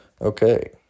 Okay